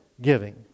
giving